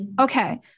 Okay